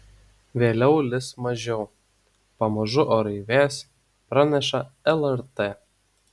vėliau lis mažiau pamažu orai vės praneša lrt